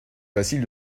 facile